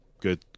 good